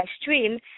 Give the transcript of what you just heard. stream